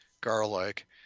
garlic